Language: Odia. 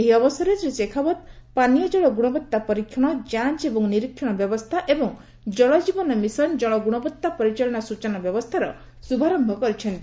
ଏହି ଅବସରରେ ଶ୍ରୀ ଶେଖାଓତ୍ ପାନୀୟ ଜଳ ଗୁଣବତ୍ତା ପରୀକ୍ଷଣ ଯାଞ୍ ଏବଂ ନିରୀକ୍ଷଣ ବ୍ୟବସ୍ଥା ଏବଂ ଜଳଜୀବନ ମିଶନ୍ ଜଳ ଗୁଣବଡ୍ତା ପରିଚାଳନା ସୂଚନା ବ୍ୟବସ୍ଥାର ଶୁଭାରନ୍ତ କରିଛନ୍ତି